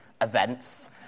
events